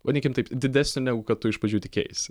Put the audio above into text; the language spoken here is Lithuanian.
vadinkim taip didesnio negu kad tu iš pradžių tikėjaisi